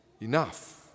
enough